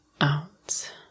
out